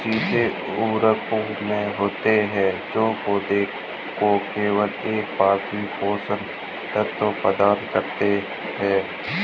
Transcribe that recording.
सीधे उर्वरक वे होते हैं जो पौधों को केवल एक प्राथमिक पोषक तत्व प्रदान करते हैं